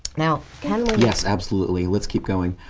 now can we yes, absolutely. let's keep going.